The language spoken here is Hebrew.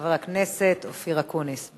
חבר הכנסת אופיר אקוניס.